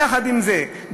יחד עם זה,